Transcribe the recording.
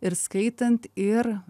ir skaitant ir